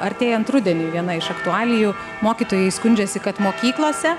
artėjant rudeniui viena iš aktualijų mokytojai skundžiasi kad mokyklose